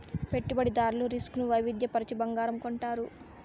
పెట్టుబడిదారులు రిస్క్ ను వైవిధ్య పరచి బంగారం కొంటారు